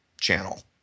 channel